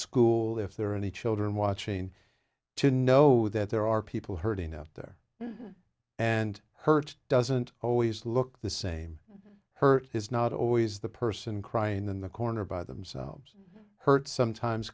school if there are any children watching to know that there are people hurting out there and hurt doesn't always look the same hurt is not always the person crying in the corner by themselves hurt sometimes